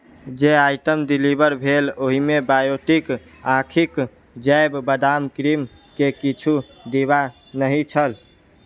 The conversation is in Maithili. जे आइटम डिलीवर भेल ओहिमे बायोटीक आँखिके जैव बादाम क्रीम के किछु डिब्बा नहि छल